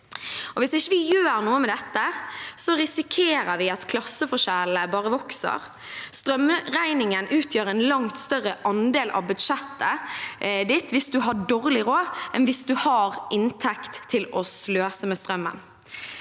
Hvis vi ikke gjør noe med dette, risikerer vi at klasseforskjellene bare vokser. Strømregningen utgjør en langt større andel av budsjettet ditt hvis du har dårlig råd, enn hvis du har inntekt til å sløse med strømmen.